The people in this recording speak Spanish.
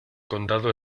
condado